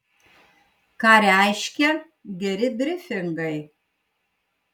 ką reiškia geri brifingai